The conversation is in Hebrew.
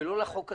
ולא לחוק עצמו.